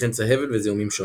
וכן צהבת וזיהומים שונים.